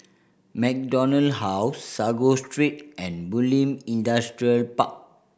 MacDonald House Sago Street and Bulim Industrial Park